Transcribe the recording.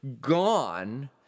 Gone